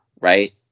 right